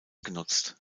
genutzt